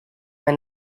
and